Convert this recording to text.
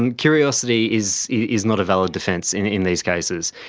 and curiosity is is not a valid defence in in these cases.